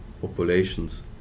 populations